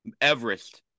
Everest